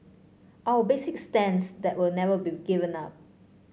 our basic stance that will never be given up